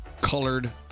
colored